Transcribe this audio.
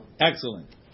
excellent